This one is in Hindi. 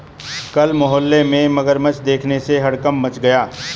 कल मोहल्ले में मगरमच्छ देखने से हड़कंप मच गया